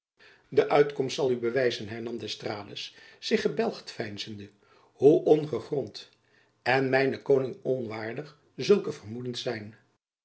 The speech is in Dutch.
de uitkomst zal u bewijzen hernam d'estrades zich gebelgd veinzende hoe ongegrond en mijnen koning onwaardig zulke vermoedens zijn